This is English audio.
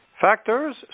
Factors